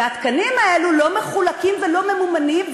והתקנים האלה לא מחולקים ולא ממומנים.